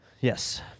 Yes